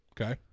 Okay